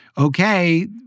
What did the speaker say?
okay